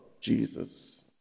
Jesus